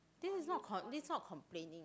this is not co~ this is not complaining